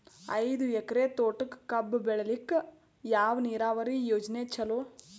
ಐದು ಎಕರೆ ತೋಟಕ ಕಬ್ಬು ಬೆಳೆಯಲಿಕ ಯಾವ ನೀರಾವರಿ ಯೋಜನೆ ಚಲೋ?